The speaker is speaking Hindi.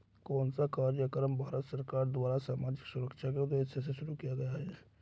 कौन सा कार्यक्रम भारत सरकार द्वारा सामाजिक सुरक्षा के उद्देश्य से शुरू किया गया है?